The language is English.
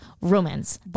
romance